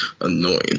annoying